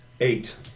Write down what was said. Eight